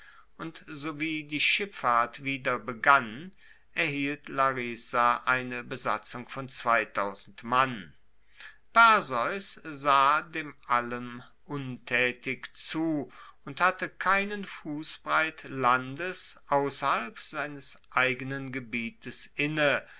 und sowie die schiffahrt wieder begann erhielt larisa eine besatzung von mann perseus sah dem allem untaetig zu und hatte keinen fussbreit landes ausserhalb seines eigenen gebietes inne